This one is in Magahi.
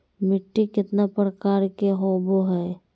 मिट्टी केतना प्रकार के होबो हाय?